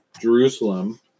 Jerusalem